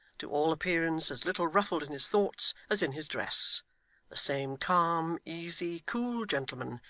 to all appearance as little ruffled in his thoughts as in his dress the same calm, easy, cool gentleman,